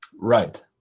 Right